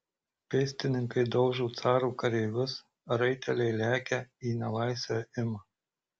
pėstininkai daužo caro kareivius raiteliai lekia į nelaisvę ima